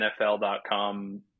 NFL.com